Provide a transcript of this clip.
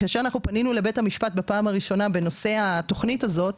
כאשר פנינו לבית-המשפט בפעם הראשונה בנושא התוכנית הזאת,